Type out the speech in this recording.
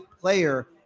player